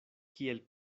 kiel